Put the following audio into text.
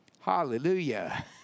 Hallelujah